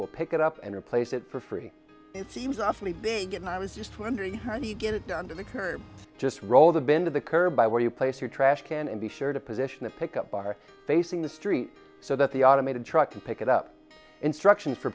pick it up and replace it for free it seems awfully big and i was just wondering how do you get it done to the curb just roll the bin to the curb by where you place your trash can and be sure to position a pickup bar facing the street so that the automated truck to pick it up instructions for